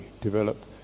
develop